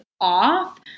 off